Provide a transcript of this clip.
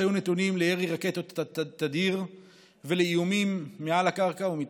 שהיו נתונים לירי רקטות תדיר ולאיום מעל הקרקע ומתחתיה.